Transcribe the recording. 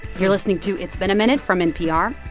you're listening to it's been a minute from npr.